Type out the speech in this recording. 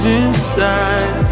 inside